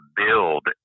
build